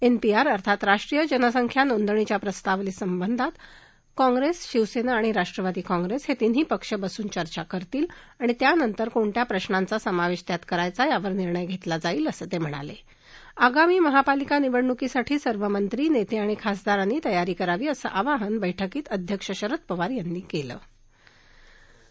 NPR अर्थात राष्ट्रीय जनसंख्या नोदंणीच्या प्रशावली संदर्भात काँग्रघ्ट शिवसद्ती आणि राष्ट्रवादी काँग्रघ्टहजिन्ही पक्ष बसून चर्चा करतील आणि त्यानंतर कोणत्या प्रशांचा समावधीत्यात करायचा यावर निर्णय घरिक्री जाईल असं तक्रिणाला आगामी महापालिका निवडणुकीसाठी सर्व मंत्री नस्त्र आणि खासदारांनी तयारी करावी असं आवाहन बैठकीत अध्यक्ष शरद पवार यांनी कलि